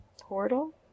portal